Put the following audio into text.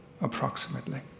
approximately